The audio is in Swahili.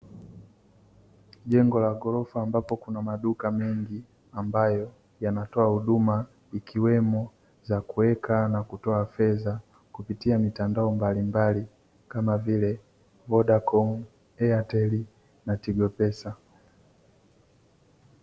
Jengo la ghorofa, ambapo kuna maduka mengi ambayo yanatoa huduma ikiwemo za kuweka na kutoa fedha kupitia mitandao mbalimbali, kama vile “Vodacom”, “Airtel” na “Tigopesa”.